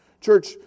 church